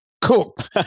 Cooked